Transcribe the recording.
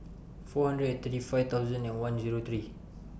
four hundred and thirty five thousand and one Zero three